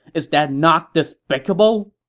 is that not despicable!